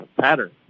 pattern